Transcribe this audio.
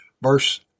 Verse